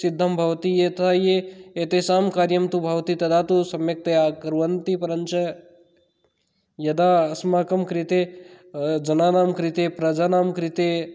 सिद्धं भवति यथा ये एतेषां कार्यं तु भवति तदा तु सम्यक्तया कुर्वन्ति परञ्च यदा अस्माकं कृते जनानां कृते प्रजानां कृते